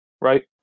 right